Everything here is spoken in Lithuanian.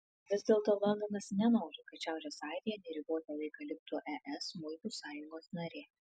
vis dėlto londonas nenori kad šiaurės airija neribotą laiką liktų es muitų sąjungos narė